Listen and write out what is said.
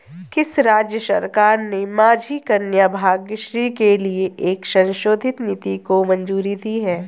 किस राज्य सरकार ने माझी कन्या भाग्यश्री के लिए एक संशोधित नीति को मंजूरी दी है?